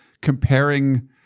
comparing